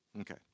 Okay